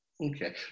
Okay